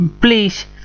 please